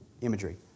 imagery